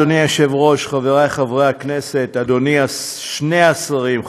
אדוני היושב-ראש, חבריי חברי הכנסת, שני השרים,